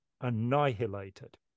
annihilated